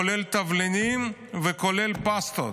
כולל תבלינים וכולל פסטות,